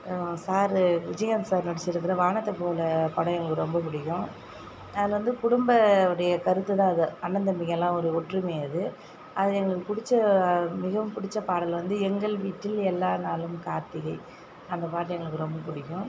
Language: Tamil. சாரு விஜயகாந்த் சார் நடிச்சிருக்கிற வானத்தைப்போல படம் எங்களுக்கு ரொம்ப பிடிக்கும் அது வந்து குடும்ப உடைய கருத்து தான் அது அண்ணன் தம்பிங்களெல்லாம் ஒரு ஒற்றுமையை அது அது எங்களுக்கு பிடிச்ச மிகவும் பிடிச்ச பாடல் வந்து எங்கள் வீட்டில் எல்லா நாளும் கார்த்திகை அந்த பாட்டு எங்களுக்கு ரொம்ப பிடிக்கும்